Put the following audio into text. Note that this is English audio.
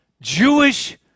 Jewish